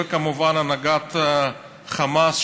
וכמובן הנהגת חמאס,